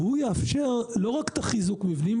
והוא יאפשר לא רק את חיזוק המבנים,